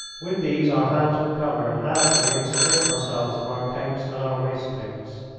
with these our hands were covered after we had stripped ourselves of our coats and our waistcoats.